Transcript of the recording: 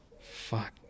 fuck